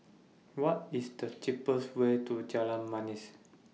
What IS The cheapest Way to Jalan Manis